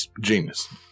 genius